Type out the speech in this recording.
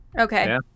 Okay